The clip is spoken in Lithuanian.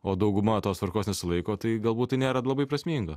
o dauguma tos tvarkos nesilaiko tai galbūt tai nėra labai prasminga